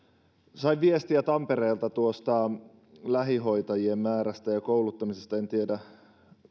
sain viestiä tampereelta tuosta lähihoitajien määrästä ja kouluttamisesta en tiedä